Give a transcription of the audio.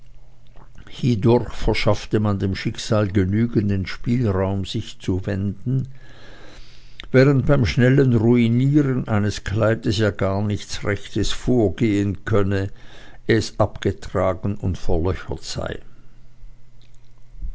hiedurch verschaffe man dem schicksal genügenden spielraum sich zu wenden während beim schnellen ruinieren eines kleides ja gar nichts rechtes vorgehen könne eh es abgetragen und verlöchert sei